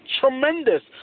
tremendous